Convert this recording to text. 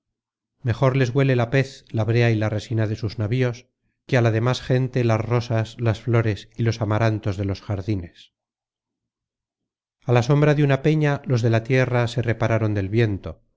mejor les huele la pez la brea y la resina de sus navíos que á la demas gente las rosas las flores y los amarantos de los jardines a la sombra de una peña los de la tierra se repararon del viento